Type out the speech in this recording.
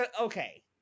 okay